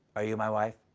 are you my wife?